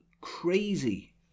crazy